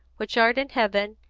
which art in heaven,